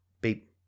Beep